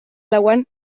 lauan